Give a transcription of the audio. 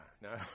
no